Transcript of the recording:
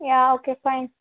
yeah okay fine